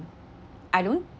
I don't